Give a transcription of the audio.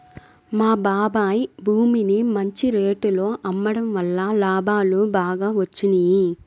మా బాబాయ్ భూమిని మంచి రేటులో అమ్మడం వల్ల లాభాలు బాగా వచ్చినియ్యి